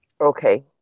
Okay